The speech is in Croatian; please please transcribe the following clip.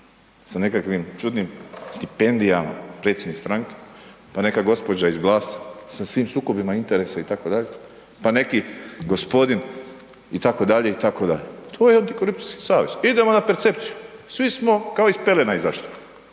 sa nekakvim čudnim stipendijama predsjednik stranke, pa neka gospođa iz GLAS-a sa svim sukobima interesa itd., pa neki gospodin itd., itd., to je antikorupcijski savez. Idemo na percepciju svi smo kao iz pelena izašli,